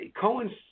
Cohen's